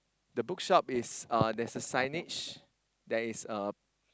the bookshop is uh there's a signage that is uh